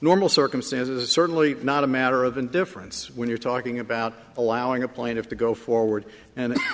normal circumstances certainly not a matter of indifference when you're talking about allowing a point of to go forward and and